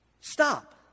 stop